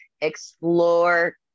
explore